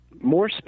More